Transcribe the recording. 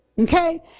Okay